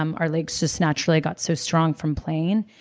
um our legs just naturally got so strong from playing.